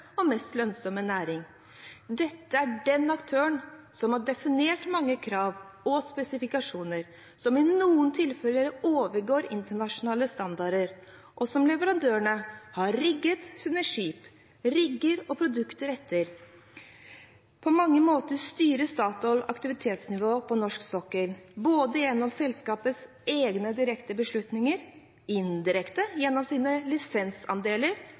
og mest lønnsomme næring. Dette er den aktøren som har definert mange krav og spesifikasjoner som i noen tilfeller overgår internasjonale standarder, og som leverandørene har designet sine skip, rigger og produkter etter. På mange måter styrer Statoil aktivitetsnivået på norsk sokkel, både gjennom selskapets egne direkte beslutninger, indirekte gjennom sine lisensandeler,